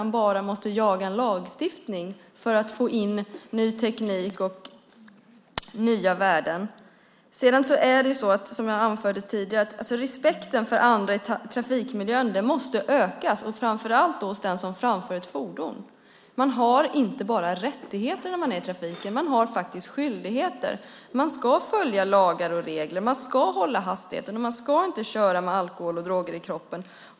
Man måste inte jaga en ny lagstiftning för att få in ny teknik och nya värden. Som jag anförde tidigare måste respekten för andra i trafikmiljön öka, framför allt hos den som framför ett fordon. Man har inte bara rättigheter när man är i trafiken. Man har faktiskt skyldigheter. Man ska följa lagar och regler. Man ska hålla hastigheten, och man ska inte köra med alkohol och droger i kroppen.